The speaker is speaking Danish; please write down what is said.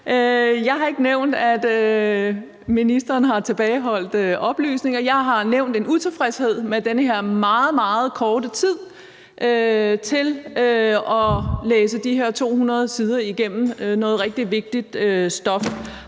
Jeg har ikke nævnt, at ministeren har tilbageholdt oplysninger. Jeg har nævnt en utilfredshed med den her meget, meget korte tid til at læse de her 200 sider med rigtig vigtigt stof